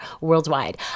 worldwide